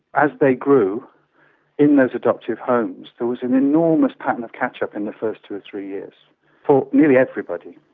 as they grew in those adoptive homes, there was an enormous pattern of catch up in the first two or three years for nearly everybody.